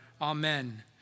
Amen